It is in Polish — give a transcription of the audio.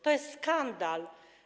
To jest skandal.